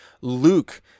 Luke